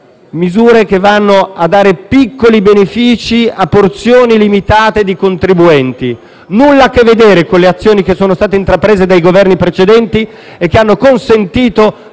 misure che vanno a dare piccoli benefici a porzioni limitate di contribuenti. Nulla a che vedere con le azioni intraprese dai Governi precedenti e che hanno consentito